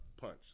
punch